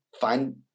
find